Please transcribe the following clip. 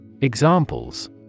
Examples